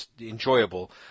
enjoyable